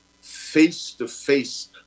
face-to-face